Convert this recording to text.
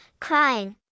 crying